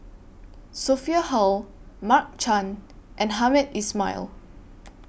Sophia Hull Mark Chan and Hamed Ismail